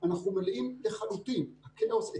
ליקויים שכן העלינו בנוגע למחלקות כאלה